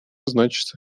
значится